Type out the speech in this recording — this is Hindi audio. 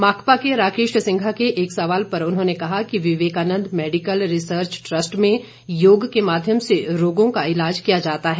माकपा के राकेश सिंघा के एक सवाल पर उन्होंने कहा कि विवेकानंद मेडिकल रिसर्च ट्रस्ट में योग के माध्यम से रोगों का ईलाज किया जाता है